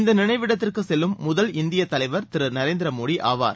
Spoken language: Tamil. இந்த நிளைவிடத்திற்கு செல்லும் முதல் இந்திய தலைவர் திரு நரேந்திர மோடி ஆவார்